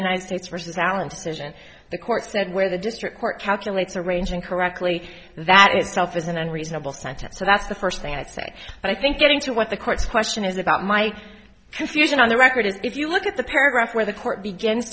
united states versus allen decision the court said where the district court calculates a range incorrectly that is self is an unreasonable sentence so that's the first thing i'd say but i think getting to what the court's question is about my confusion on the record is if you look at the paragraph where the court begins